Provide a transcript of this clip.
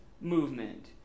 movement